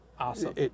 Awesome